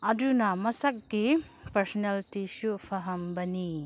ꯑꯗꯨꯅ ꯃꯁꯥꯒꯤ ꯄꯔꯁꯣꯅꯦꯂꯤꯇꯤꯁꯨ ꯐꯍꯟꯕꯅꯤ